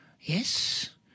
yes